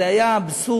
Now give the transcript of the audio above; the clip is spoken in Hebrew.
זה היה אבסורד,